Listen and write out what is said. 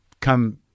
come